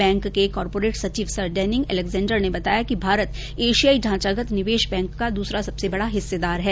bank के corporate सचिव sir Denning Alexander ने बताया कि भारत एशियाई ढांचागत निवेश बैंक का दूसरा सबसे बड़ा हिस्सेदार है